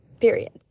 Period